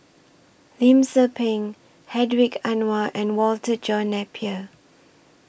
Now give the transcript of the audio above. Lim Tze Peng Hedwig Anuar and Walter John Napier